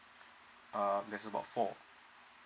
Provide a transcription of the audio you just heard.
uh that's about four